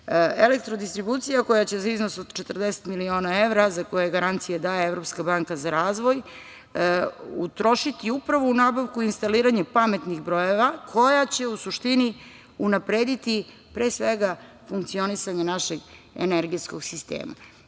potrošnje. Elektrodistribucija koja će za iznos od 40 miliona evra za koje garancije daje Evropska banka za razboj utrošiti upravo u nabavku i instaliranje pametnih brojila koja će u suštini unaprediti pre svega funkcionisanje našeg energetskog sistema. Kad